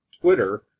Twitter